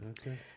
Okay